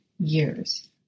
years